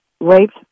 raped